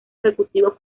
ejecutivo